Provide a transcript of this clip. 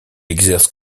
exerce